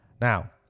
Now